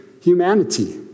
humanity